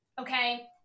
okay